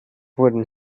wurden